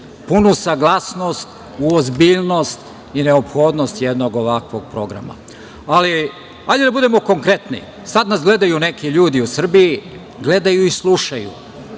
punu saglasnost u ozbiljnost i neophodnost jednog ovakvog programa. Ali, hajde da budemo konkretni, sad nas gledaju i slušaju neki ljudi u Srbiji, nije njima